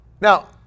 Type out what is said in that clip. Now